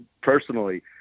personally